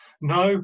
No